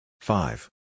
Five